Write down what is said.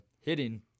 Hitting